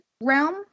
realm